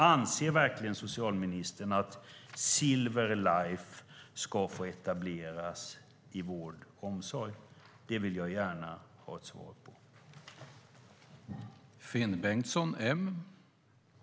Anser verkligen socialministern att Silver Life ska få etableras i vår omsorg? Det vill jag gärna ha ett svar på.